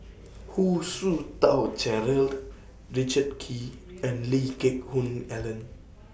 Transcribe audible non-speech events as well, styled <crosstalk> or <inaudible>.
Hu Tsu Tau <unintelligible> Richard Kee and Lee Geck Hoon Ellen